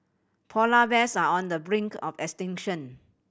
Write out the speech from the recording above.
polar bears are on the brink of extinction